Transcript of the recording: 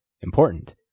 important